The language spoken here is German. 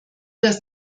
dass